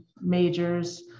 majors